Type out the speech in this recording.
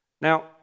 Now